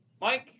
Mike